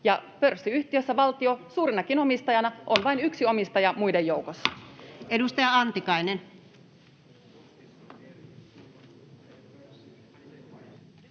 pörssiyhtiössä valtio suurenakin omistajana on vain yksi omistaja muiden joukossa.